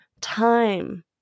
time